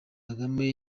kagame